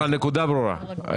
הנקודה ברורה.